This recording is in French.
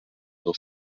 dans